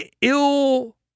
ill